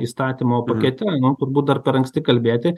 įstatymo pakete nu turbūt dar per anksti kalbėti